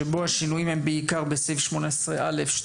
שבו השינויים הם בעיקר בסעיף 18א(2)